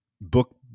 book